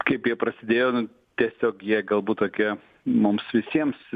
kaip jie prasidėjo nu tiesiog jie galbūt tokie mums visiems